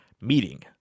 meeting